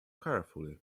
carefully